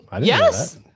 Yes